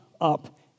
up